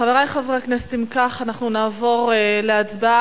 חברי חברי הכנסת, אם כך, אנחנו נעבור להצבעה.